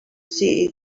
see